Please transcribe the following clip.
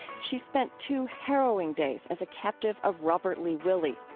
she spent two harrowing days as a captive of robert lee willie.